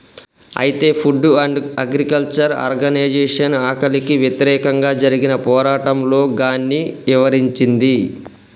అయితే Food and Agriculture Organization ఆకలికి వ్యతిరేకంగా జరిగిన పోరాటంలో గాన్ని ఇవరించింది